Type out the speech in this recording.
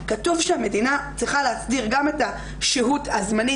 כתוב שהמדינה צריכה להסדיר גם את השהות הזמנית,